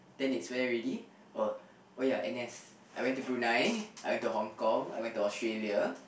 then it's where ready oh oh ya N_S I went to Brunei I went to Hong-Kong I went to Australia